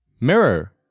Mirror